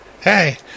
Hey